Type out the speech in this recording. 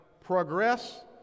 progress